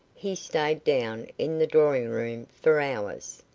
he stayed down in the drawing-room for hours.